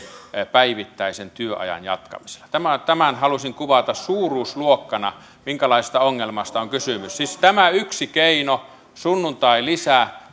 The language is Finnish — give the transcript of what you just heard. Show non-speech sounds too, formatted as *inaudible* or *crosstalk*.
päivittäisellä työajan jatkamisella tämän halusin kuvata suuruusluokkana minkälaisesta ongelmasta on kysymys siis tämä yksi keino sunnuntailisä *unintelligible*